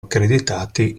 accreditati